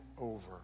over